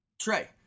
Trey